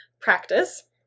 practice